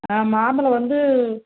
ஆ மாம்பழம் வந்து